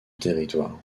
territoire